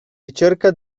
ricerca